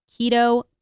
keto